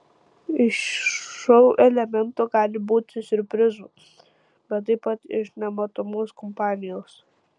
iš šou elemento gali būti siurprizų bet taip pat iš nematomos kampanijos